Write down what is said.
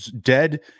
dead